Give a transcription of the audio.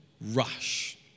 rush